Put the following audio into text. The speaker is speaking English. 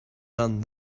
done